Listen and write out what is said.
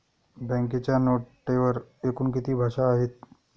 बँकेच्या नोटेवर एकूण किती भाषा आहेत?